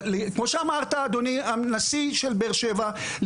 כמו שאמרת אדוני הנשיא של באר שבע,